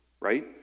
right